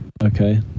okay